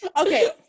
Okay